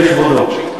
אני מודה לכבודו.